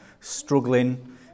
struggling